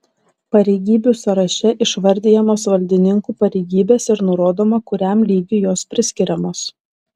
pareigybių sąraše išvardijamos valdininkų pareigybės ir nurodoma kuriam lygiui jos priskiriamos